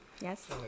Yes